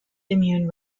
immune